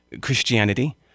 Christianity